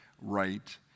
right